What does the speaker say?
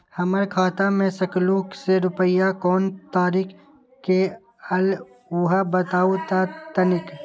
हमर खाता में सकलू से रूपया कोन तारीक के अलऊह बताहु त तनिक?